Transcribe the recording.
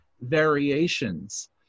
variations